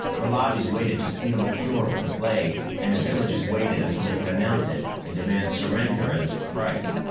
the lobbies waited to steal a cure for the plague and the villages waited until they could announce it and demand surrender as its price.